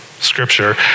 Scripture